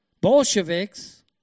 Bolsheviks